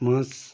মাছ